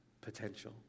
potential